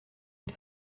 une